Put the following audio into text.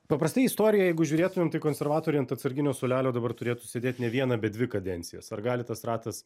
paprastai į istoriją jeigu žiūrėtumėm tai konservatoriai ant atsarginio suolelio dabar turėtų sėdėti ne vieną bet dvi kadencijas ar gali tas ratas